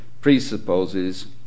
presupposes